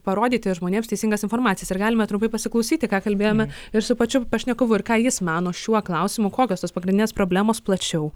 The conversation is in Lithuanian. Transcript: parodyti žmonėms teisingas informacijas ir galime trumpai pasiklausyti ką kalbėjome ir su pačiu pašnekovu ir ką jis mano šiuo klausimu kokios tos pagrindinės problemos plačiau